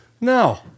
No